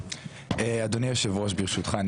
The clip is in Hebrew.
אדוני היושב ראש, ברשותך.